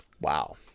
Wow